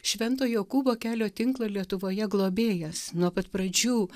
švento jokūbo kelio tinklo lietuvoje globėjas nuo pat pradžių